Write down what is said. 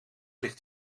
ligt